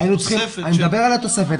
אני מדבר על התוספת.